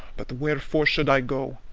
but wherefore should i go?